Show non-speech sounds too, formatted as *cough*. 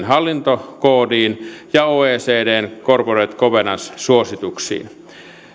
*unintelligible* hallintokoodiin ja oecdn corporate governance suosituksiin